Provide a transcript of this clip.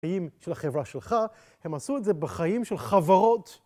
חיים של החברה שלך, הם עשו את זה בחיים של חברות.